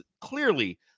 clearly